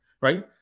Right